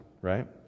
right